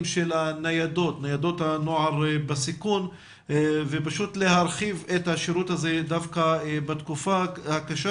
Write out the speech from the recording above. של ניידות הנוער בסיכון ולהרחיב שירות זה בתקופה הקשה